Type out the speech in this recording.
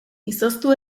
izoztu